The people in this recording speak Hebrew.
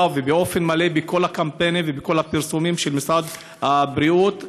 ומלא בכל הקמפיינים ובכל הפרסומים של משרד הבריאות?